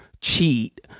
cheat